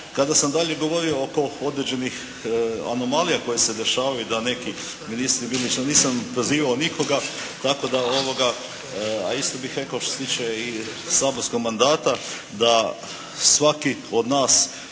kada sam dalje govorio oko određenih anomalija koje se dešavaju da neki ministri, nisam prozivao nikoga, tako da, a isto bih rekao što se tiče i saborskog mandata da svaki od nas